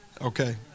Okay